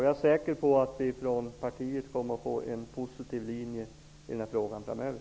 Jag är säker på att partiet kommer att driva en positiv linje i denna fråga framöver.